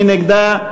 מי נגדה?